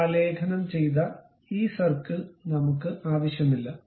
ഇപ്പോൾ ആലേഖനം ചെയ്ത ഈ സർക്കിൾ നമ്മൾക്ക് ആവശ്യമില്ല